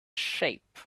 shape